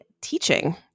teaching